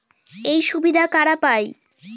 এই সুবিধা কারা পায়?